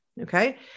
okay